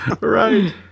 Right